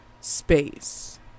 space